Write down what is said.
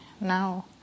now